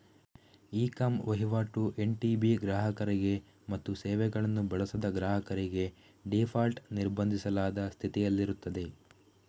E com ವಹಿವಾಟು NTB ಗ್ರಾಹಕರಿಗೆ ಮತ್ತು ಸೇವೆಗಳನ್ನು ಬಳಸದ ಗ್ರಾಹಕರಿಗೆ ಡೀಫಾಲ್ಟ್ ನಿರ್ಬಂಧಿಸಲಾದ ಸ್ಥಿತಿಯಲ್ಲಿರುತ್ತದೆ